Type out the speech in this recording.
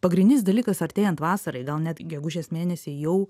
pagrindinis dalykas artėjant vasarai gal net gegužės mėnesį jau